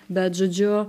bet žodžiu